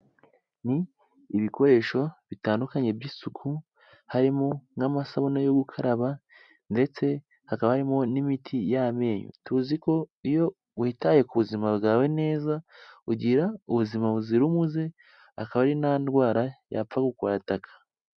Ni ibikoresho bitandukanye by'isuku, harimo n'amasabune yo gukaraba ndetse hakaba harimo n'imiti y'amenyo, tuzi ko iyo witaye ku buzima bwawe neza, ugira ubuzima buzira umuze, akaba ari nta ndwara yapfa kukwataka.